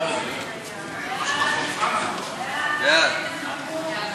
ההצעה להעביר את